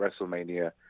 WrestleMania